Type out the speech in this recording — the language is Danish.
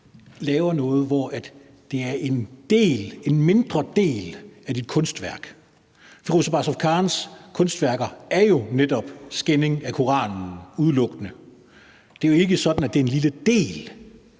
laver noget, hvor det er en del, en mindre del, af dit kunstværk. Firoozeh Bazrafkans kunstværker er jo netop at skænde Koranen, udelukkende. Det er jo ikke sådan, at det er en lille del.